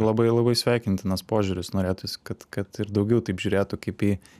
labai labai sveikintinas požiūris norėtųsi kad kad ir daugiau taip žiūrėtų kaip į